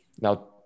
Now